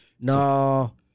No